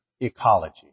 ecology